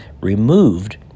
removed